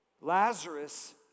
Lazarus